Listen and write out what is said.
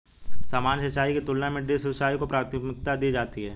सामान्य सिंचाई की तुलना में ड्रिप सिंचाई को प्राथमिकता दी जाती है